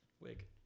wig